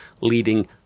leading